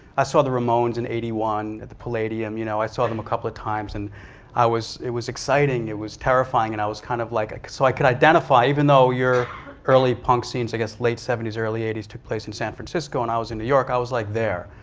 i saw the ramones in eighty one at the palladium. you know i saw them a couple of times and it was exciting. it was terrifying and i was. kind of like ah so i can identify even though your early punk scenes, i guess late seventy s, early eighty s, took place in san francisco and i was in new york, i was like, there.